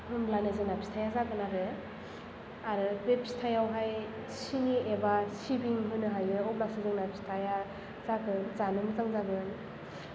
होनब्लानो जोंना फिथाया जागोन आरो आरो बे फिथायावहाय सिनि एबा सिबिं होनो हायो अब्लासो जोंना फिथाया जागोन जानो मोजां जागोन